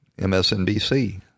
MSNBC